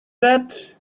that